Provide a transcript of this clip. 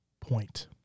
point